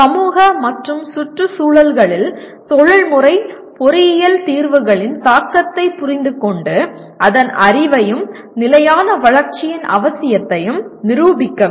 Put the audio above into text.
சமூக மற்றும் சுற்றுச்சூழல்களில் தொழில்முறை பொறியியல் தீர்வுகளின் தாக்கத்தைப் புரிந்துகொண்டு அதன் அறிவையும் நிலையான வளர்ச்சியின் அவசியத்தையும் நிரூபிக்கவும்